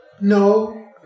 No